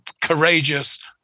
courageous